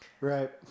Right